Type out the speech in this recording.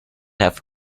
have